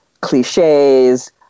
cliches